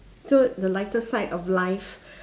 so the lighter side of life